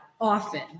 often